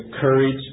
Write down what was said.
courage